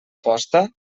posta